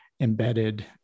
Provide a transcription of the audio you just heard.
embedded